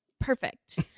Perfect